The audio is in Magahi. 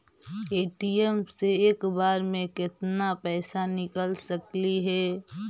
ए.टी.एम से एक बार मे केत्ना पैसा निकल सकली हे?